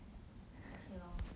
okay lor